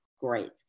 Great